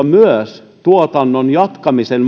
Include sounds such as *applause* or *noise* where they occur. *unintelligible* myös tuotannon jatkamisen *unintelligible*